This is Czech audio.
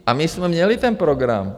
A my jsme měli ten program.